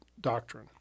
doctrine